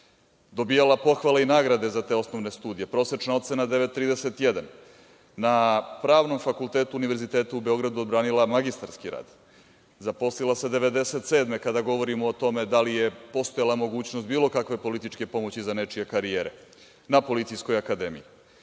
dobijala pohvale i nagrade za te osnovne studije, prosečna ocena 9,31, na Pravnom fakultetu Univerziteta u Beogradu odbranila magistarski rad, zaposlila se 1997. godine, kada govorimo o tome da li je postojala mogućnost bilo kakve političke pomoći za nečije karijere, na Policijskoj akademiji,